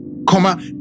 comma